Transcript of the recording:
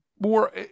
more